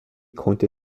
konnte